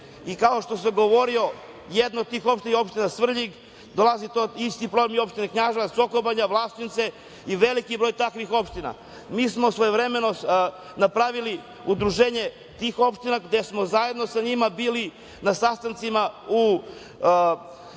i kao što sam govorio, jedna od tih opština je i opština Svrljig. Isti je problem i u opštini Knjaževac, Sokobanja, Vlasotince i veliki je broj takvih opština. Mi smo svojevremeno napravili udruženje tih opština, gde smo zajedno sa njima bili na sastancima u